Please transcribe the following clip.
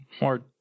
more